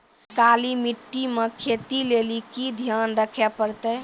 काली मिट्टी मे खेती लेली की ध्यान रखे परतै?